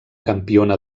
campiona